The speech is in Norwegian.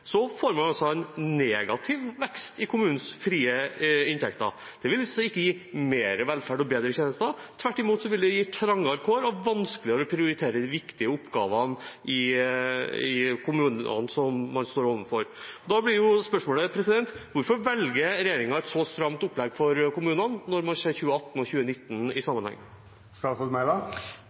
får man altså en negativ vekst i kommunenes frie inntekter. Det vil altså ikke gi mer velferd og bedre tjenester. Tvert imot vil det gi trangere kår og gjøre det vanskeligere å prioritere de viktige oppgavene som man står overfor i kommunene. Da blir spørsmålet: Hvorfor velger regjeringen et så stramt opplegg for kommunene, når man ser 2018 og 2019 i sammenheng?